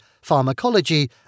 pharmacology